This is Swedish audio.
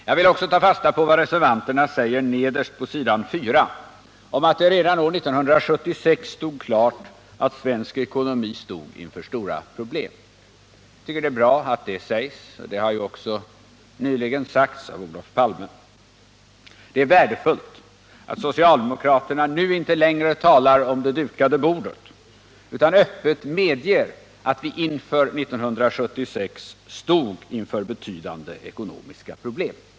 Jag vill också ta fasta på vad reservanterna säger, att det redan år 1976 stod klart att svensk ekonomi stod inför stora framtida problem. Det är bra att det sägs. Det har också nyligen sagts av Olof Palme. Det är värdefullt att socialdemokraterna nu inte längre talar om det dukade bordet, utan öppet medger att vi 1976 stod inför betydande ekonomiska problem.